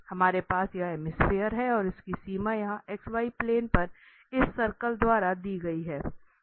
हमारे पास यह हेमीस्फियर है और इसकी सीमा यहां xy प्लेन पर इस सर्कल द्वारा दी गई है